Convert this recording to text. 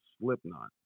Slipknot